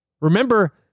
Remember